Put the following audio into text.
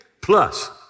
plus